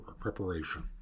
preparation